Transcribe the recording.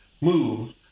move